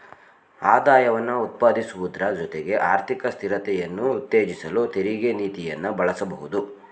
ಆದಾಯವನ್ನ ಉತ್ಪಾದಿಸುವುದ್ರ ಜೊತೆಗೆ ಆರ್ಥಿಕ ಸ್ಥಿರತೆಯನ್ನ ಉತ್ತೇಜಿಸಲು ತೆರಿಗೆ ನೀತಿಯನ್ನ ಬಳಸಬಹುದು